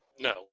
No